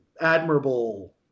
admirable